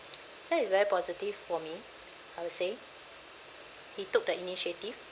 that is very positive for me I would say he took the initiative